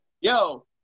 Yo